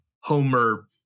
Homer